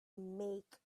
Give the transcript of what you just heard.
make